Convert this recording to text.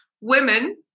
Women